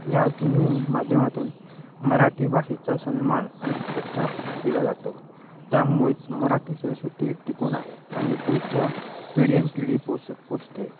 या तिन्ही माध्यमातून मराठी भाषेचा सन्मान आणि प्रचार केला जातो त्यामुळेच मराठी संस्कृती टिकून आहे आणि पुढच्या पिढीनपिढी पोसत पोसते